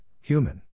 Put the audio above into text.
human